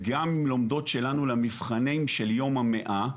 וגם לומדות שלנו למבחנים של יום המאה.